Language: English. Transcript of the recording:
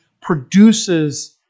produces